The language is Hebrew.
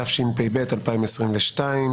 התשפ"ב 2022,